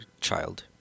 child